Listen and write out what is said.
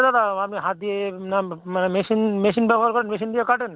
দাদা আপনি হাত দিয়ে না মানে মেশিন মেশিন ব্যবহার করেন মেশিন দিয়ে কাটেন